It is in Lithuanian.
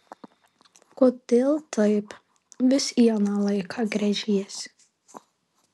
kodėl taip vis į aną laiką gręžiesi